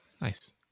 Nice